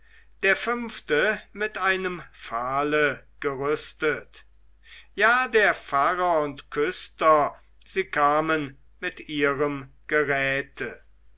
der fünfte mit einem pfahle gerüstet ja der pfarrer und küster sie kamen mit ihrem geräte